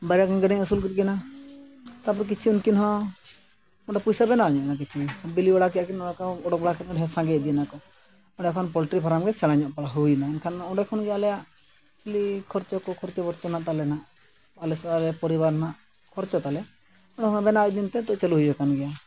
ᱵᱟᱨᱭᱟ ᱜᱟᱱ ᱜᱟᱹᱰᱮᱧ ᱟᱹᱥᱩᱞ ᱠᱮᱫ ᱠᱤᱱᱟᱹ ᱛᱟᱯᱚᱨᱮ ᱠᱤᱪᱷᱩ ᱩᱱᱠᱤᱱ ᱦᱚᱸ ᱚᱸᱰᱮ ᱯᱚᱭᱥᱟ ᱵᱮᱱᱟᱣ ᱧᱚᱜ ᱮᱱᱟ ᱠᱤᱪᱷᱩ ᱵᱤᱞᱤ ᱵᱟᱲᱟ ᱠᱮᱜᱼᱟ ᱠᱤᱱ ᱱᱚᱣᱟ ᱠᱚ ᱚᱰᱚᱠ ᱵᱟᱲᱟ ᱠᱮᱜᱼᱟ ᱚᱸᱰᱮ ᱥᱟᱸᱜᱮ ᱤᱫᱤᱭᱮᱱᱟᱠᱚ ᱚᱸᱰᱮ ᱠᱷᱚᱱ ᱯᱚᱞᱴᱨᱤ ᱯᱷᱟᱨᱟᱢ ᱜᱮ ᱥᱮᱬᱟ ᱧᱚᱜ ᱦᱩᱭᱮᱱᱟ ᱮᱱᱠᱷᱟᱱ ᱚᱸᱰᱮ ᱠᱷᱚᱱ ᱜᱮ ᱟᱞᱮᱭᱟᱜ ᱠᱷᱚᱨᱪᱟ ᱠᱚ ᱠᱷᱚᱨᱪᱟ ᱛᱟᱞᱮᱱᱟᱜ ᱟᱞᱮ ᱯᱚᱨᱤᱵᱟᱨ ᱨᱮᱱᱟᱜ ᱠᱷᱚᱨᱪᱟ ᱛᱟᱞᱮ ᱚᱸᱰᱮ ᱦᱚᱸ ᱵᱮᱱᱟᱣ ᱤᱫᱤᱭᱮᱱᱛᱮ ᱱᱤᱛᱚᱜ ᱪᱟᱹᱞᱩ ᱦᱩᱭ ᱟᱠᱟᱱ ᱜᱮᱭᱟ